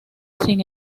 sin